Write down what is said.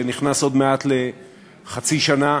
שנכנס עוד מעט לחצי שנה,